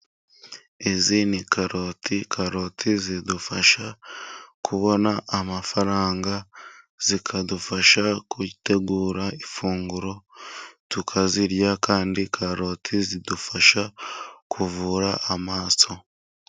Izi ni karoti karoti .Karoti zidufasha kubona amafaranga, zikadufasha gutegura ifunguro tukazirya kandi karoti zidufasha kuvura amaso.